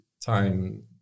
time